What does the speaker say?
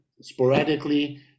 sporadically